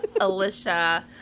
Alicia